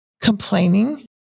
complaining